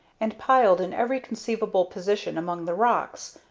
and piled in every conceivable position among the rocks,